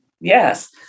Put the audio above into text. Yes